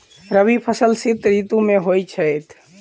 रबी फसल शीत ऋतु मे होए छैथ?